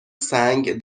سنگ